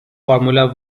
formula